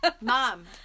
Mom